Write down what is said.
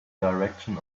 direction